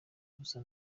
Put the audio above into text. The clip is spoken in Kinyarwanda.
busa